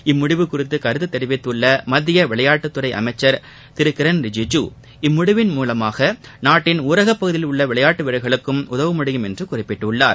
இம்மூடிவு குறித்து கருத்து தெரிவித்துள்ள மத்திய விளையாட்டுத்துறை அமைச்சர் திரு கிரண் ரிஜிஜூ இம்முடிவின் மூவம் நாட்டின் ஊரகப் பகுதிகளில் உள்ள விளையாட்டு வீரர்களுக்கும் உதவ முடியும் என்று குறிப்பிட்டார்